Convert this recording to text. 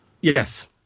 Yes